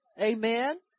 amen